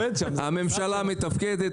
הממשלה מתפקדת,